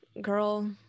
girl